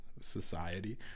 society